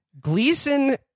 Gleason